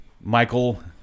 Michael